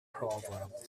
proverb